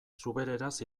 zubereraz